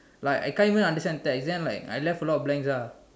like I can't even understand text then like I left a lot of blanks ah